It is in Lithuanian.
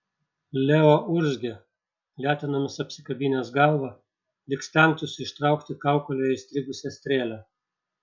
leo urzgė letenomis apsikabinęs galvą lyg stengtųsi ištraukti kaukolėje įstrigusią strėlę